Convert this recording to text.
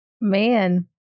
man